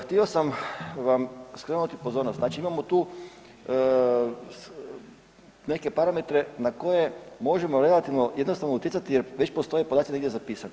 Htio sam vam skrenuti pozornost znači imamo tu neke parametre na koje možemo relativno jednostavno utjecati jer već postoje podaci negdje zapisani.